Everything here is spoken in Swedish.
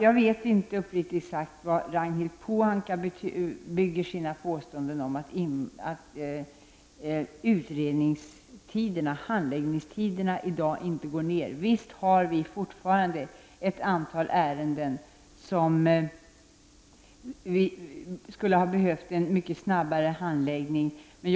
Jag vet inte på vad Ragnhild Pohanka bygger sitt påstående att handläggningstiderna inte minskar. Visst har vi fortfarande ett antal ärenden där det hade varit önskvärt med en betydligt kortare handläggningstid.